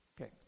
Okay